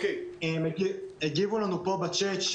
הגיבו לנו פה בצ'ט,